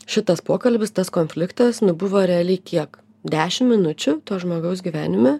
šitas pokalbis tas konfliktas nu buvo realiai kiek dešim minučių to žmogaus gyvenime